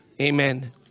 Amen